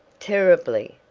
terribly,